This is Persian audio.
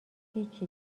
هیچی